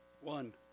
one